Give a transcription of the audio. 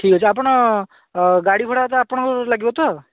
ଠିକ୍ଅଛି ଆପଣ ଗାଡ଼ି ଭଡ଼ା ତ ଆପଣଙ୍କୁ ଲାଗିବ ତ